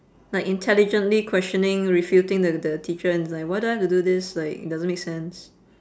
like intelligently questioning refuting th~ the teacher and it's like why do I have to do this like it doesn't make sense